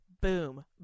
boom